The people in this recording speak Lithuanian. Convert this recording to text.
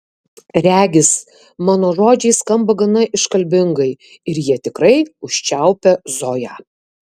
regis mano žodžiai skamba gana iškalbingai ir jie tikrai užčiaupia zoją